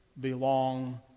belong